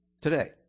today